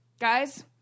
guys